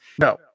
no